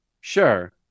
Sure